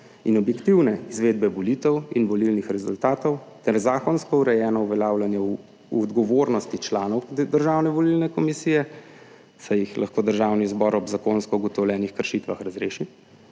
in objektivne izvedbe volitev in volilnih rezultatov ter zakonsko urejeno uveljavljanje odgovornosti članov Državne volilne komisije, saj jih lahko Državni zbor ob zakonsko ugotovljenih kršitvah razreši.